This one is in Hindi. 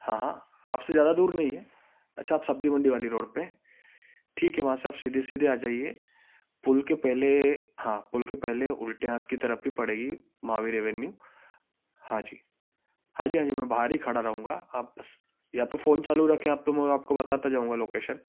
हाँ हाँ आपसे ज्यादा दूर नहीं है अच्छा आप सब्जी मंडी वाली रोड पर ठीक है वहाँ से आप सीधे सीधे आ जाइए पुल के पहले हाँ पुल के पहले उलटे हाथ की तरफ ही पड़ेगी महावीर एवेन्यू हाँ जी हाँ जी हाँ जी मैं बाहर ही खड़ा रहूँगा आप बस या तो फोन चालू रखें आप तो मो आपको बताता जाऊँगा लोकेशन